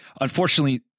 unfortunately